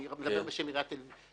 ואני מדבר בשם עיריית תל-אביב,